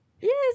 yes